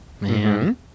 man